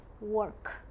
work